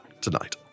tonight